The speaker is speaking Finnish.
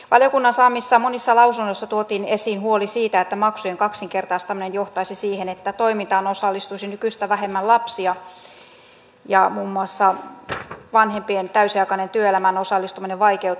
valiokunnan saamissa monissa lausunnoissa tuotiin esiin huoli siitä että maksujen kaksinkertaistaminen johtaisi siihen että toimintaan osallistuisi nykyistä vähemmän lapsia ja muun muassa vanhempien täysiaikainen työelämään osallistuminen vaikeutuisi